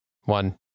one